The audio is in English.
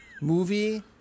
movie